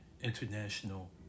International